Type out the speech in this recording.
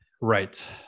right